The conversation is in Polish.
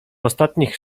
ostatnich